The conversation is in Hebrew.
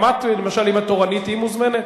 גם את, למשל, אם את תורנית, תהיי מוזמנת.